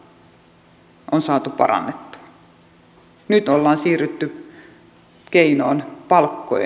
nyt ollaan siirrytty keinoon palkkojen leikkaus